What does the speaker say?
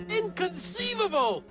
inconceivable